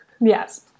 Yes